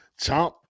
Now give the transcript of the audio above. Chomp